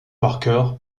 parker